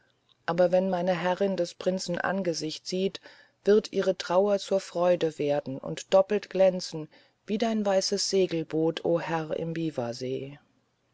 aber wenn meine herrin des prinzen angesicht sieht wird ihre trauer zur freude werden und doppelt glänzen wie dein weißes segelboot o herr im